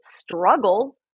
struggle